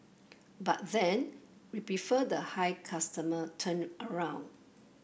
but then we prefer the high customer turnaround